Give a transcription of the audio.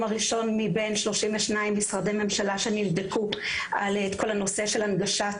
הראשון מבין 32 משרדי ממשלה שנבדקו על כל נושא הנגשת